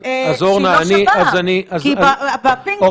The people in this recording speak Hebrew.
אני חושב שאנחנו צריכים לעשות הסדר